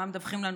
מה מדווחים לנו